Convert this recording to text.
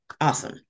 Awesome